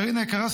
קארין היקרה,